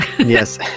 Yes